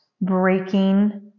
breaking